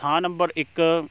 ਥਾਂ ਨੰਬਰ ਇੱਕ